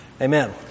amen